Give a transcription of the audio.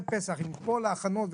עם כל ההכנות,